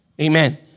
Amen